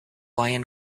lion